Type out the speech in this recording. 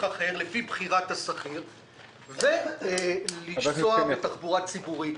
אחר לפי בחירת השכיר ולנסוע בתחבורה ציבורית.